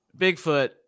Bigfoot